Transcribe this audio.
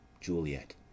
Juliet